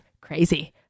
crazy